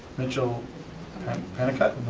mitchell pamonicutt.